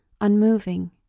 unmoving